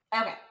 Okay